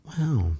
Wow